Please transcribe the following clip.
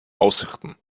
aussichten